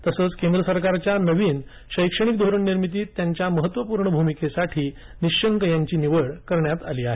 तसचं केंद्र सरकारच्या नवीन शैक्षणिक धोरण निर्मितीत त्यांच्या महत्वपूर्ण भूमिकेसाठी निशंक यांची निवड करण्यात आली आहे